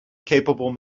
capable